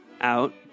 out